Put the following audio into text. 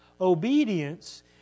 Obedience